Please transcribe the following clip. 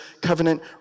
covenant